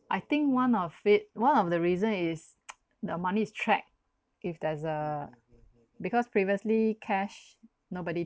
I think one of it one of the reason is the money is tracked if there's a because previously cash nobody